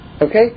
Okay